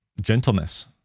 gentleness